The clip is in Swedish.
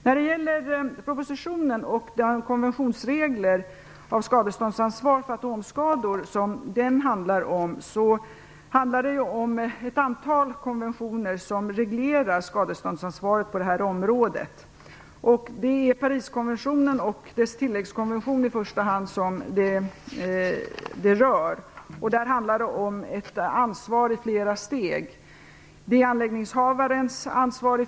När det gäller propositionen om konventionsregler för skadeståndsansvar för atomskador handlar det om ett antal konventioner som reglerar skadeståndsansvaret på detta område. Det rör i första hand Pariskonventionen och dess tilläggskonvention. Det handlar om ett ansvar i flera steg: Första steg är anläggningshavarens ansvar.